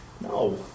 no